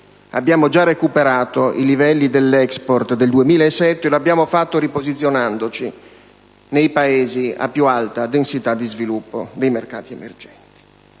abbiamo già recuperato i livelli dell'*export* del 2007, riposizionandoci nei Paesi a più alta densità di sviluppo, nei mercati emergenti.